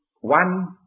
one